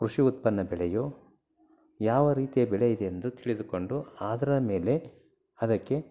ಕೃಷಿ ಉತ್ಪನ್ನ ಬೆಳೆಯೋ ಯಾವ ರೀತಿಯ ಬೆಳೆ ಇದೆ ಎಂದು ತಿಳಿದುಕೊಂಡು ಅದ್ರ ಮೇಲೆ ಅದಕ್ಕೆ